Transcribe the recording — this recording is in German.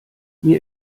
mir